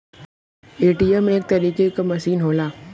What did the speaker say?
ATM एक तरीके क मसीन होला